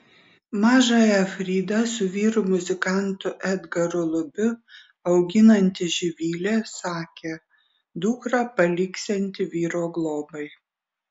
mažąją fridą su vyru muzikantu edgaru lubiu auginanti živilė sakė dukrą paliksianti vyro globai